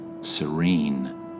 serene